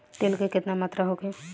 तेल के केतना मात्रा होखे?